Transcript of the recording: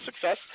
success